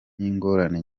n’ingorane